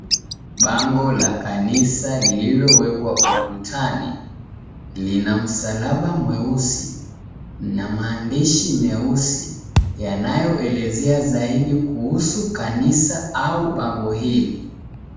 Bango la kanisa lililowekwa ukutani, lina masalaba mweusi na maandishi meusi yanayoelezea zaidi kuhusu kanisa au bango hili.